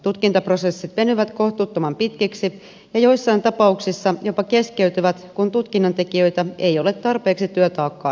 tutkintaprosessit venyvät kohtuuttoman pitkiksi ja joissain tapauksissa jopa keskeytyvät kun tutkinnan tekijöitä ei ole tarpeeksi työtaakkaan nähden